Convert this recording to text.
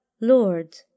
Lord